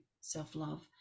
self-love